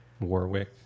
Warwick